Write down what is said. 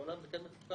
בעולם זה כן מפוקח.